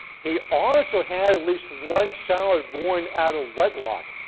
he also had at least one child born out of wedlock,